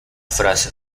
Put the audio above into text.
frase